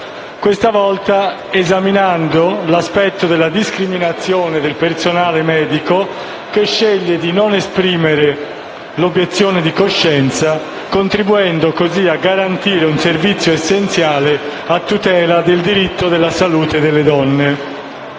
questa volta esaminando l'aspetto della discriminazione del personale medico che sceglie di non esprimere l'obiezione di coscienza contribuendo così a garantire un servizio essenziale a tutela del diritto della salute delle donne.